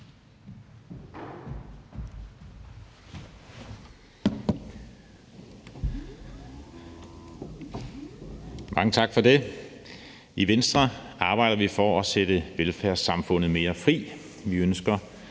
Mange tak for det. I Venstre arbejder vi for at sætte velfærdssamfundet mere fri,